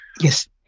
yes